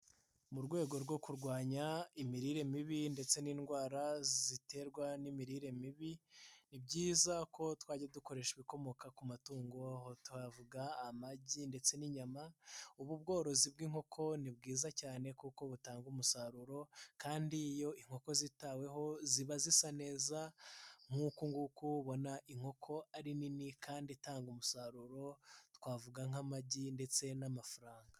Mu rwego rwo kurwanya imirire mibi, ndetse n'indwara ziterwa n'imirire mibi, ni byiza ko twajya dukoresha ibikomoka ku matungo, aho twavuga amagi ndetse n'inyama, ubu bworozi bw'inkoko ni bwiza cyane kuko butanga umusaruro, kandi iyo inkoko zitaweho ziba zisa neza, nk'uku nguku ubona inkoko ari nini, kandi itanga umusaruro twavuga, nk'amagi ndetse n'amafaranga.